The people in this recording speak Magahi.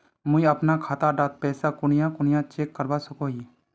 मुई अपना खाता डात पैसा कुनियाँ कुनियाँ चेक करवा सकोहो ही?